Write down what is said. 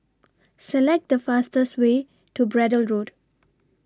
Select The fastest Way to Braddell Road